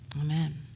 amen